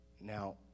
Now